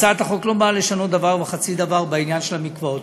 הצעת החוק לא באה לשנות דבר וחצי דבר בעניין של המקוואות.